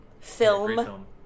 film